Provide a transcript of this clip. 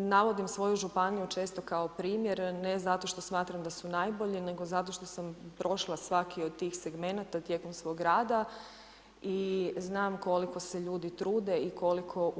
Navodim svoju županiju često kao primjer, ne zato što smatram da su najbolji, nego zato što sam prošla svaki od tih segmenata tijekom svog rada i znam koliko se ljudi trude i koliko